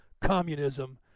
communism